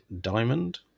Diamond